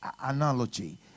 analogy